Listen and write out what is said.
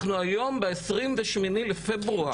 אנחנו היום ב-28 בפברואר,